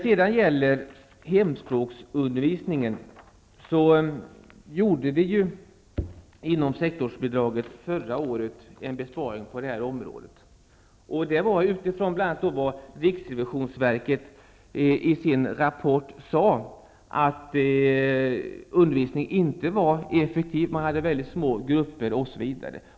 Inom sektorsbidraget gjorde vi förra året en besparing på hemspråksundervisningen. Det gjorde vi utifrån bl.a. vad riksrevisionsverket sagt i sin rapport, att undervisningen inte var effektiv, att grupperna var väldigt små, osv.